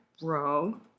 bro